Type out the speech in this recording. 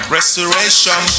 Restoration